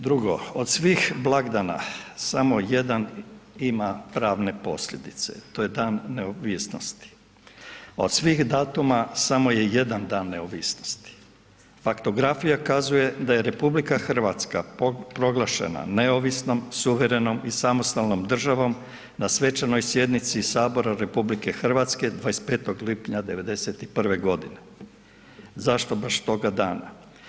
Drugo, od svih blagdana samo jedan ima pravne posljedice, to je Dan neovisnosti, od svih datuma samo je jedan Dan neovisnosti, faktografija kazuje da je RH proglašena neovisnom, suverenom i samostalnom državom na svečanoj sjednici HS u RH 25. lipnja '91.g. Zašto baš toga dana?